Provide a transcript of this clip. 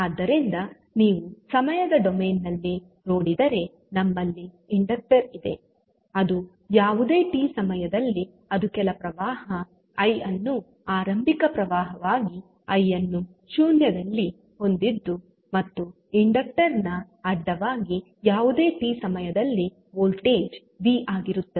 ಆದ್ದರಿಂದ ನೀವು ಸಮಯದ ಡೊಮೇನ್ ನಲ್ಲಿ ನೋಡಿದರೆ ನಮ್ಮಲ್ಲಿ ಇಂಡಕ್ಟರ್ ಇದೆ ಅದು ಯಾವುದೇ ಸಮಯದಲ್ಲಿ ಅದು ಕೆಲ ಪ್ರವಾಹ ಅನ್ನು ಆರಂಭಿಕ ಪ್ರವಾಹವಾಗಿ i ಅನ್ನು 0 ಯಲ್ಲಿ ಹೊಂದಿದ್ದು ಮತ್ತು ಇಂಡಕ್ಟರ್ ನ ಅಡ್ಡವಾಗಿ ಯಾವುದೇ t ಸಮಯದಲ್ಲಿ ವೋಲ್ಟೇಜ್ ಆಗಿರುತ್ತದೆ